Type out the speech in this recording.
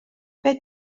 beth